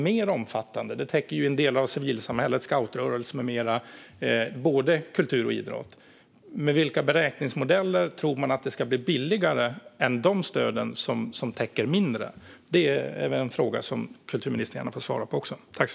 Här täcker det ju en del av civilsamhället, scoutrörelsen med mera - både kultur och idrott. Med vilka beräkningsmodeller tror man att det ska bli billigare än de stöd som täcker mindre? Det är en fråga som kulturministern också gärna får svara på.